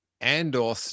Andor